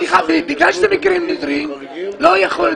סליחה, בגלל שזה מקרים נדירים, לא יכול להיות